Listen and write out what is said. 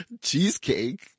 Cheesecake